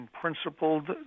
principled